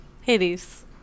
Hades